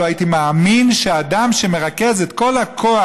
לא הייתי מאמין שאדם שמרכז את כל הכוח